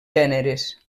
gèneres